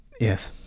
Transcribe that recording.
Yes